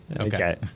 Okay